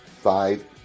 five